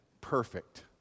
perfect